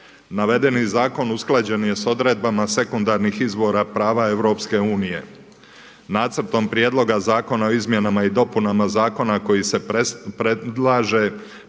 Navedeni zakon usklađen je sa odredbama sekundarnih izvora prava Europske unije. Nacrtom prijedloga Zakona o izmjenama i dopunama zakona koji se predlaže